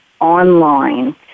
online